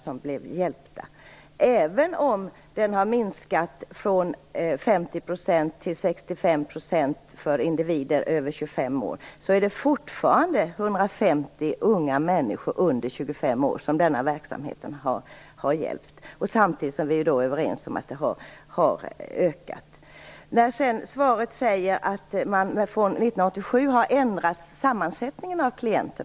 Även om andelen individer över 25 år har ökat från 50 % till 65 %, är det fortfarande 150 unga människor under 25 år som har hjälpts av denna verksamhet. Vi är också överens om att deras andel har ökat. Det sägs vidare i svaret att klienternas sammansättning har ändrats.